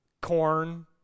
corn